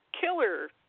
killer